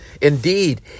Indeed